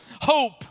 hope